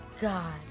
God